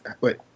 Wait